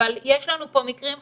אבל יש לנו פה מקרים חריגים,